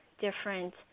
different